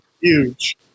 huge